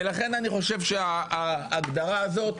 ולכן אני חושב שההגדרה הזאת,